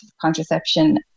contraception